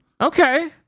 Okay